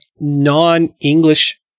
non-English